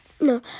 No